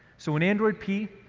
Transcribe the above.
so, in android p,